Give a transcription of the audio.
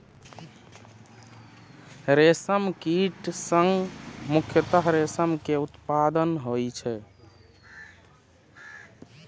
रेशम कीट सं मुख्यतः रेशम के उत्पादन होइ छै